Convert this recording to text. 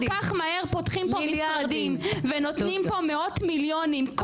כל כך מהר פותחים פה משרדים ונותנים פה מאות מיליונים,